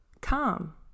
calm